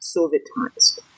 Sovietized